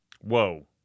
Whoa